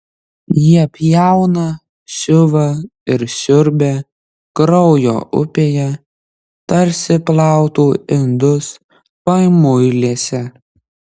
jie pjauna siuva ir siurbia kraujo upėje tarsi plautų indus pamuilėse